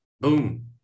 boom